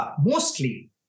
mostly